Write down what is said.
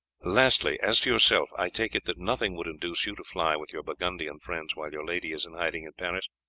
lastly, as to yourself, i take it that nothing would induce you to fly with your burgundian friends while your lady is in hiding in paris?